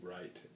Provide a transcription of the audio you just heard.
right